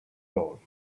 all